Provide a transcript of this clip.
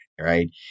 right